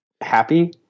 happy